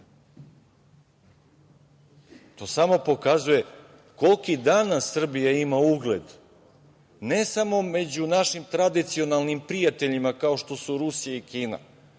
To samo pokazuje koliki danas Srbija ima ugled ne samo među našim tradicionalnim prijateljima kao što su Rusija i Kina,